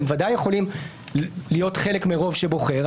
הם ודאי יכולים להיות חלק מרוב שבוחר,